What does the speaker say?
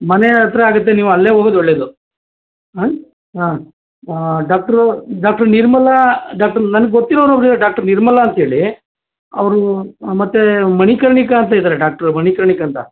ಮನೆ ಹತ್ರ ಆಗುತ್ತೆ ನೀವು ಅಲ್ಲೇ ಹೋಗೋದ್ ಒಳ್ಳೆಯದು ಹಾಂ ಹಾಂ ಡಾಕ್ಟ್ರು ಡಾಕ್ಟ್ರ್ ನಿರ್ಮಲಾ ಡಾಕ್ಟ್ರ್ ನನ್ಗೊತ್ತಿರೋರು ಒಬ್ರು ಇದಾರೆ ಡಾಕ್ಟ್ರ್ ನಿರ್ಮಲಾ ಅಂತೇಳಿ ಅವರು ಮತ್ತು ಮಣಿಕರ್ಣಿಕಾ ಅಂತ ಇದ್ದಾರೆ ಡಾಕ್ಟ್ರ್ ಮಣಿಕರ್ಣಿಕಾ ಅಂತ